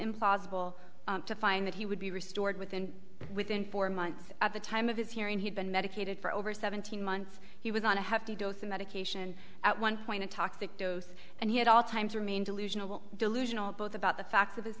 impossible to find that he would be restored within within four months at the time of his hearing he'd been medicated for over seventeen months he was on a hefty dose of medication at one point a toxic dose and he had all time to remain delusional delusional both about the fact